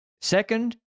Second